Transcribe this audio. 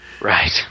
right